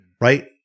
right